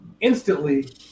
instantly